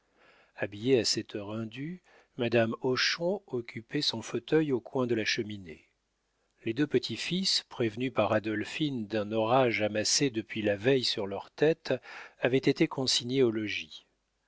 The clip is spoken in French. habillée à cette heure indue madame hochon occupait son fauteuil au coin de la cheminée les deux petits-fils prévenus par adolphine d'un orage amassé depuis la veille sur leurs têtes avaient été consignés au logis